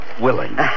willing